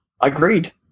Agreed